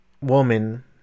woman